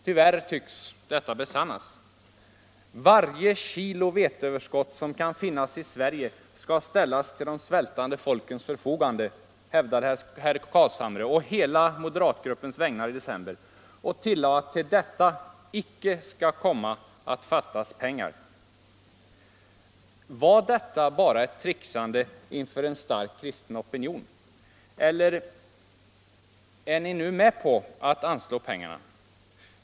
Tyvärr tycks detta besannas. ”Varje kilo veteöverskott som kan finnas i Sverige skall ställas till de svältande folkens förfogande”, hävdade herr Carlshamre i december förra året och tillade att till detta ”icke skall komma att fattas pengar”. Var detta bara ett tricksande inför en stark kristen opinion? Eller är ni nu med på att anslå pengarna?